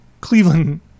Cleveland